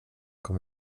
kom